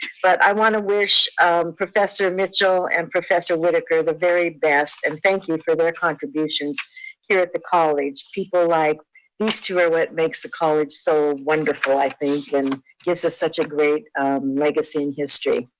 but i wanna wish professor mitchell and professor whitaker the very best, and thank you for their contributions here at the college. people like these two are what makes the college so wonderful, i think, and gives us such a great legacy and history.